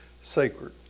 sacred